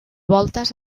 voltes